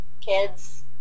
kids